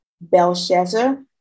Belshazzar